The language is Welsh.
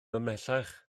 ymhellach